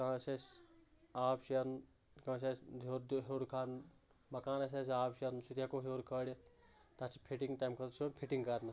کانٛہہ آسہِ آب شیرُن کٲنٛسہِ آسہِ ہیٛور تہٕ ہیٛور کھاڈُن مکانس آسہِ آب شیرُن سُہ تہِ ہیٚکو ہیٛور کھٲڈِتھ تتھ چھِ فِٹِنٛگ تَمہِ خٲطرٕ چھِ یوان فِٹِنٛگ کرنہٕ